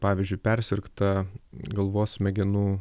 pavyzdžiui persirgta galvos smegenų